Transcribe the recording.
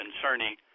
concerning